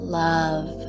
love